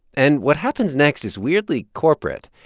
and what happens next is weirdly corporate.